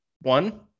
one